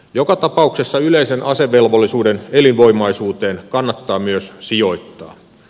joka tapauksessa yleisen asevelvollisuuden elinvoimaisuuteen kannattaa myös sijoittaa